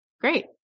Great